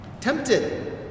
tempted